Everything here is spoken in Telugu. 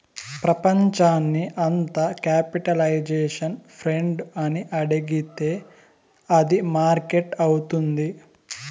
ప్రపంచాన్ని అంత క్యాపిటలైజేషన్ ఫ్రెండ్ అని అడిగితే అది మార్కెట్ అవుతుంది